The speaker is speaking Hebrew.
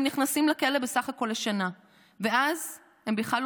הם נכנסים לכלא לשנה בסך הכול,